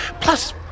Plus